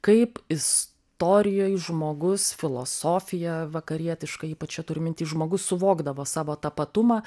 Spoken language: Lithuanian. kaip istorijoj žmogus filosofija vakarietiška ypač čia turiu minty žmogus suvokdavo savo tapatumą